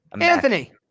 Anthony